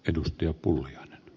arvoisa puhemies